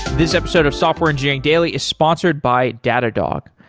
this episode of software engineering daily is sponsored by datadog.